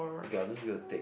okay I'll just gonna take